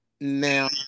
now